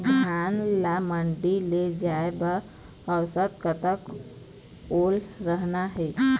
धान ला मंडी ले जाय बर औसत कतक ओल रहना हे?